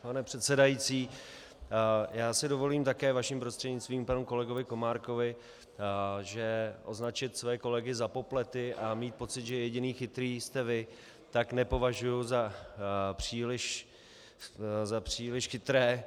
Pane předsedající, já si dovolím také vaším prostřednictvím k panu kolegovi Komárkovi, že označit své kolegy za poplety a mít pocit, že jediný chytrý jste vy, nepovažuji za příliš chytré.